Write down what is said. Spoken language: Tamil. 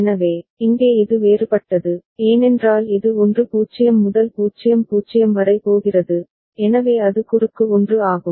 எனவே இங்கே இது வேறுபட்டது ஏனென்றால் இது 1 0 முதல் 0 0 வரை போகிறது எனவே அது குறுக்கு 1 ஆகும்